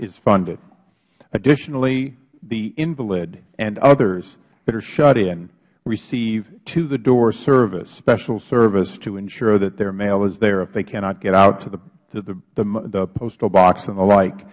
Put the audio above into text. is funded additionally the invalid and others that are shut in receive to the door service special service to ensure that their mail is there if they cannot get out to the postal box and the like